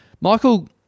Michael